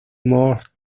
most